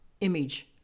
image